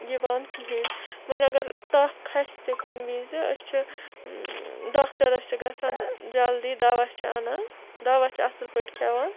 یِوان کِہیٖنۍ وۄنۍ اگر تَپھ کھَسہِ تہِ کُنہِ وِزِ أسۍ چھِ ڈاکٹَرَس چھِ گژھان جلدی دوا چھِ اَنان دَوا چھِ اَصٕل پٲٹھۍ کھٮ۪وان